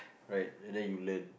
right and then you learn